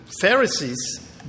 Pharisees